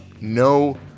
no